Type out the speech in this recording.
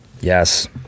Yes